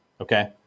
okay